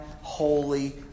holy